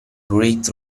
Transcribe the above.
great